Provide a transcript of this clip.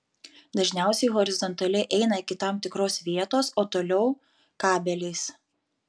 dažniausiai horizontaliai eina iki tam tikros vietos o toliau kabeliais